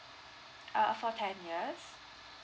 uh for ten years